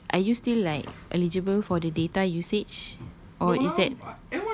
ya but are you still like eligible for the data usage or is that